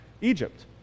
Egypt